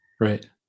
Right